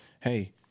Hey